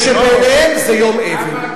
ושבעיניהם זה יום אבל,